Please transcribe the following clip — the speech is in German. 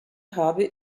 habe